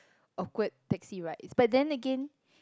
awkward taxi ride but then again